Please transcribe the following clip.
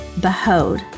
behold